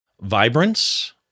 Vibrance